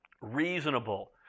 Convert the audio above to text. Reasonable